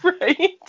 Right